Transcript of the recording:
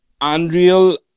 unreal